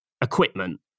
equipment